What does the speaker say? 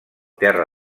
terra